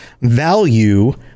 value